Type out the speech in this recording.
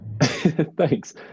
Thanks